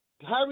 Harry